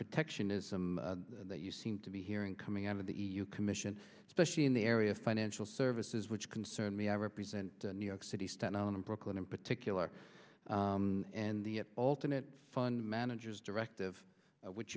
protectionism that you seem to be hearing coming out of the e u commission especially in the area of financial services which concern me i represent new york city staten island and brooklyn in particular and the alternate fund managers directive which